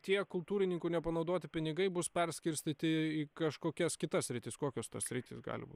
tie kultūrininkų nepanaudoti pinigai bus perskirstyti į kažkokias kitas sritis kokios tos sritys gali būt